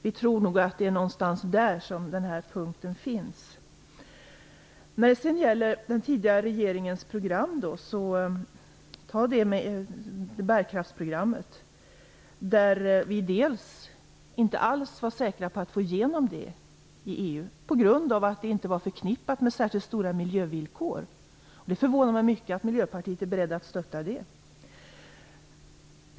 Vi tror att den här punkten ligger där någonstans. När det gäller den tidigare regeringens program, t.ex. bärkraftsprogrammet, var vi inte alls säkra på att få igenom det i EU på grund av att det inte var förknippat med särskilt stora miljövillkor. Det förvånar mig mycket att Miljöpartiet är berett att stötta det.